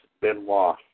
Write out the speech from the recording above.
Benoit